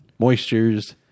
moistures